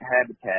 habitat